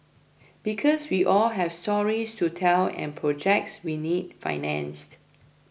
because we all have stories to tell and projects we need financed